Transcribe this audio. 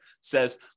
says